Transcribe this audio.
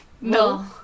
No